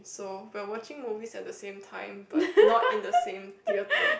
so we are watching movie at the same time but not in the same theatre